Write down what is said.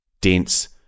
dense